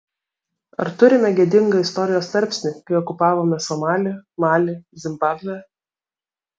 ar turime gėdingą istorijos tarpsnį kai okupavome somalį malį zimbabvę